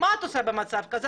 מה את עושה במצב כזה?